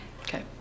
Okay